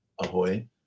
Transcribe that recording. Ahoy